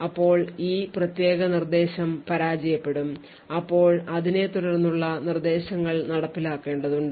ഇപ്പോൾ ഈ പ്രത്യേക നിർദ്ദേശം പരാജയപ്പെടും അപ്പോൾ അതിനെ തുടർന്നുള്ള നിർദ്ദേശങ്ങൾ നടപ്പിലാക്കേണ്ടതുണ്ട്